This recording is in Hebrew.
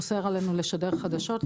אוסר עלינו לשדר חדשות,